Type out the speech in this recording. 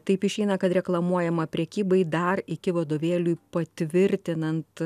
taip išeina kad reklamuojama prekybai dar iki vadovėliui patvirtinant